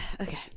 okay